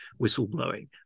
whistleblowing